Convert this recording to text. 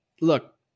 look